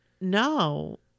No